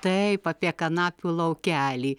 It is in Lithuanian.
taip apie kanapių laukelį